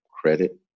credit